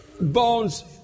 bones